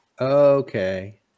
Okay